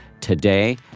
today